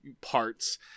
parts